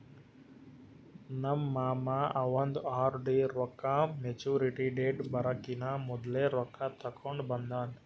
ನಮ್ ಮಾಮಾ ಅವಂದ್ ಆರ್.ಡಿ ರೊಕ್ಕಾ ಮ್ಯಚುರಿಟಿ ಡೇಟ್ ಬರಕಿನಾ ಮೊದ್ಲೆ ರೊಕ್ಕಾ ತೆಕ್ಕೊಂಡ್ ಬಂದಾನ್